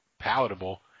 palatable